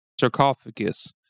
Sarcophagus